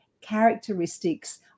characteristics